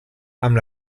amb